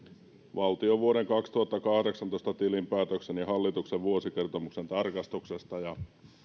valtion vuoden kaksituhattakahdeksantoista tilinpäätöksen ja hallituksen vuosikertomuksen tarkastuksesta